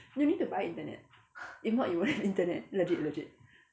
you need to buy internet if not you won't have internet legit legit